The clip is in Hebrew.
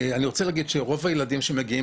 אני רוצה להגיד שרוב הילדים שמגיעים